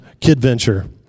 KidVenture